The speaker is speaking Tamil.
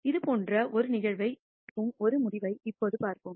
இதுபோன்ற ஒரு நிகழ்வை விளைவிக்கும் ஒரு முடிவை இப்போது பார்ப்போம்